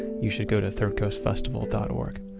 you should go to thirdcoastfestival dot org.